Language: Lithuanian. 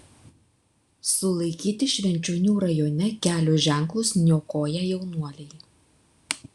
sulaikyti švenčionių rajone kelio ženklus niokoję jaunuoliai